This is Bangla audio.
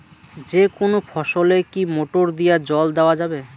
যেকোনো ফসলে কি মোটর দিয়া জল দেওয়া যাবে?